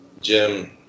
Jim